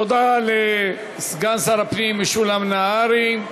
תודה לסגן שר הפנים משולם נהרי.